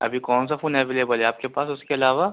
ابھی کون سا فون ایولیبل ہے آپ کے پاس اُس کے علاوہ